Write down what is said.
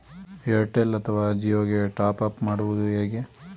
Airtel ಅಥವಾ ಜಿಯೊ ಗೆ top up ಮಾಡುವುದು ಹೇಗೆ?